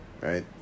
right